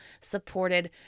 supported